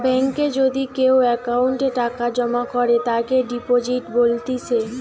বেঙ্কে যদি কেও অ্যাকাউন্টে টাকা জমা করে তাকে ডিপোজিট বলতিছে